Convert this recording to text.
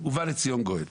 ובא לציון גואל.